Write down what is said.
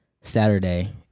Saturday